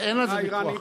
אין על זה ויכוח.